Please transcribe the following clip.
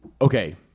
Okay